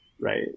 right